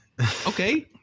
Okay